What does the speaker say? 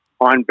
on